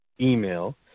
email